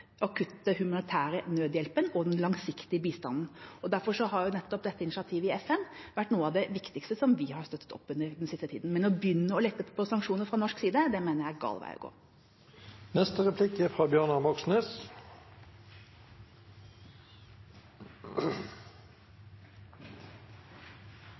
akutte humanitære nødhjelpen og den langsiktige bistanden, og derfor har nettopp dette initiativet i FN vært noe av det viktigste som vi har støttet opp under den siste tida. Men å begynne å lette på sanksjoner fra norsk side mener jeg er gal vei å